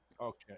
Okay